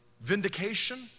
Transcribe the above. vindication